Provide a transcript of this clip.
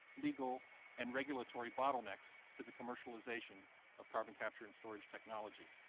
legal and regulatory bottlenecks to the commercialization of carbon capture and storage technology.